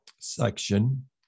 section